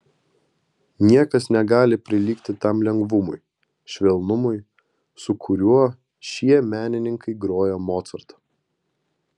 niekas negali prilygti tam lengvumui švelnumui su kuriuo šie menininkai groja mocartą